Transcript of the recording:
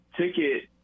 ticket